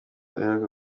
aheruka